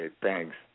thanks